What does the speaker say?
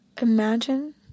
Imagine